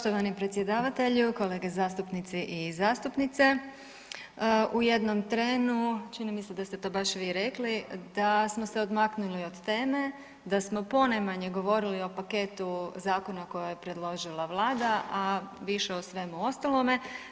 Poštovani predsjedavatelju, kolege zastupnici i zastupnice u jednom trenu čini mi se da ste to baš vi rekli da smo se odmaknuli od teme, da smo ponajmanje govorili o paketu zakona koje je predložila Vlada, a više o svemu ostalome.